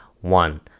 One